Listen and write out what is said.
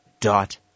dot